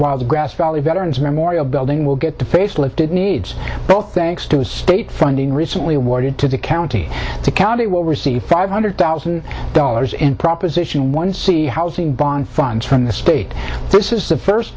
while the grass valley veterans memorial building will get the face lifted needs both thanks to a state funding recently awarded to the county to county will receive five hundred thousand dollars in proposition one c housing bond funds from the state this is the first